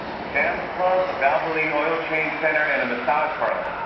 sam's club, a valvoline oil-change center, and a massage parlor.